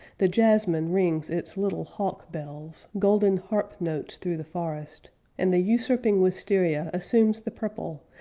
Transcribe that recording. the jasmine rings its little hawk-bells, golden harp notes through the forest and the usurping wistaria assumes the purple,